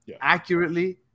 accurately